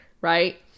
right